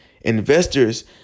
Investors